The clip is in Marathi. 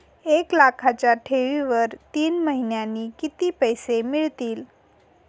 एक लाखाच्या ठेवीवर तीन महिन्यांनी किती पैसे मिळतील?